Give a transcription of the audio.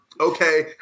Okay